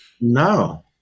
No